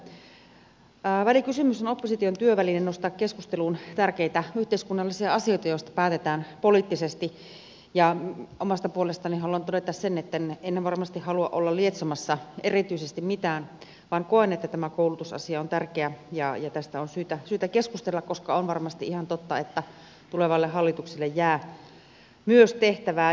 välikysymys on opposition työväline nostaa keskusteluun tärkeitä yhteiskunnallisia asioita joista päätetään poliittisesti ja omasta puolestani haluan todeta sen etten varmasti halua olla lietsomassa erityisesti mitään vaan koen että tämä koulutusasia on tärkeä ja tästä on syytä keskustella koska on varmasti ihan totta että myös tulevalle hallitukselle jää tehtävää